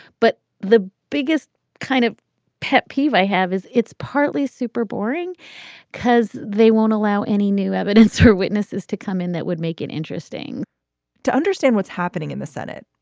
but the biggest kind of pet peeve i have is it's partly super boring cause they won't allow any new evidence, her witnesses to come in that would make it interesting to understand what's happening in the senate.